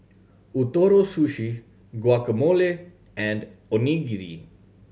Ootoro Sushi Guacamole and Onigiri